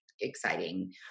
exciting